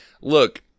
look